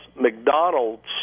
McDonald's